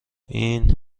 این